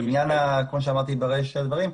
כמו שאמרתי ברישה של הדברים,